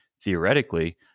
theoretically